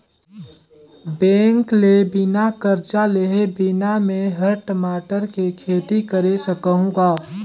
bank ले बिना करजा लेहे बिना में हर टमाटर के खेती करे सकहुँ गा